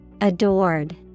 Adored